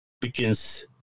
begins